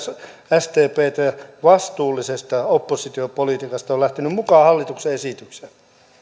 sdptä vastuullisesta oppositiopolitiikasta he ovat lähteneet mukaan hallituksen esitykseen